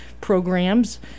programs